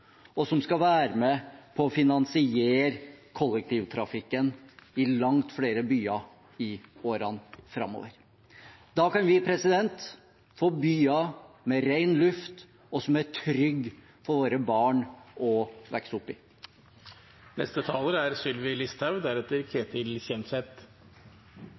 og som skal være med på å finansiere kollektivtrafikken i langt flere byer i årene framover. Da kan vi få byer med ren luft og som er trygge for våre barn å vokse opp i.